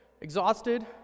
exhausted